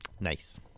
Nice